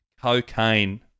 cocaine